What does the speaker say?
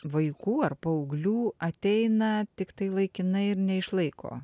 vaikų ar paauglių ateina tiktai laikinai ir neišlaiko